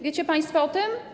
Wiecie państwo o tym?